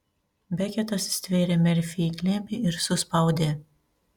beketas stvėrė merfį į glėbį ir suspaudė